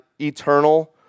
eternal